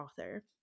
Author